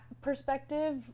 perspective